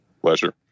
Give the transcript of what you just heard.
Pleasure